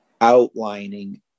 outlining